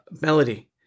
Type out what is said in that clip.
melody